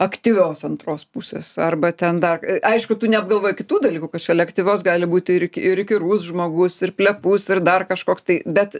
aktyvios antros pusės arba ten dar aišku tu neapgalvoji kitų dalykų kad šalia aktyvios gali būti ir įk ir įkyrus žmogus ir plepus ir dar kažkoks tai bet